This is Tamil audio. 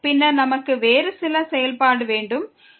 பின்னர் நம்மிடம் வேறு சில செயல்பாடு இருக்கிறது